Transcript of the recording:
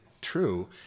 true